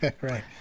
right